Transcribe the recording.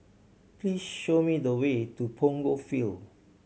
please show me the way to Punggol Field